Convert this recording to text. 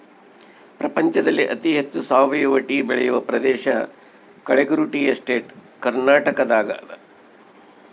ಪ್ರಪಂಚದಲ್ಲಿ ಅತಿ ಹೆಚ್ಚು ಸಾವಯವ ಟೀ ಬೆಳೆಯುವ ಪ್ರದೇಶ ಕಳೆಗುರು ಟೀ ಎಸ್ಟೇಟ್ ಕರ್ನಾಟಕದಾಗದ